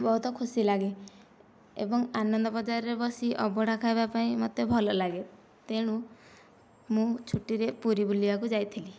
ବହୁତ ଖୁସି ଲାଗେ ଏବଂ ଆନନ୍ଦ ବଜାରରେ ବସି ଅଭଡ଼ା ଖାଇବା ପାଇଁ ମୋତେ ଭଲ ଲାଗେ ତେଣୁ ମୁଁ ଛୁଟିରେ ପୁରୀ ବୁଲିବାକୁ ଯାଇଥିଲି